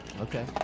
Okay